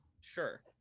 sure